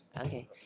okay